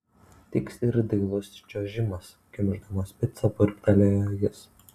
tiks ir dailusis čiuožimas kimšdamas picą burbtelėjo jis